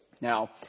Now